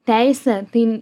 teisė tai